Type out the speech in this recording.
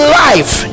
life